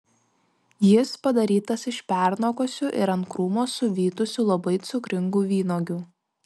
jis padarytas iš pernokusių ir ant krūmo suvytusių labai cukringų vynuogių